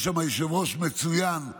יש לנו יושב-ראש ועדה מצוין,